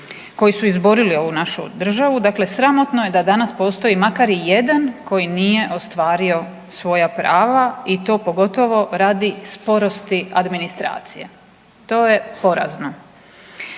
koji su izborili ovu našu državu. Dakle, sramotno je da danas postoji makar i jedan koji nije ostvario svoja prava i to pogotovo radi sporosti administracije. To je porazno.